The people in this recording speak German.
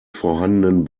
vorhandenen